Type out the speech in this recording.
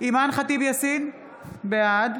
אימאן ח'טיב יאסין, בעד